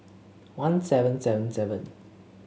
one seven seven seven